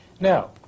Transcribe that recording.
Now